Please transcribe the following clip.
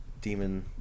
demon